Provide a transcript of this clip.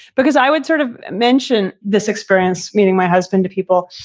because i would sort of mention this experience, meeting my husband to people,